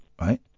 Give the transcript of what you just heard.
right